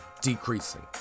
decreasing